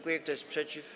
Kto jest przeciw?